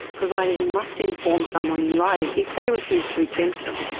providers must inform someone in writing if they refuse to exempt them.